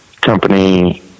company